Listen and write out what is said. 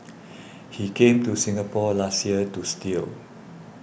he came to Singapore last year to steal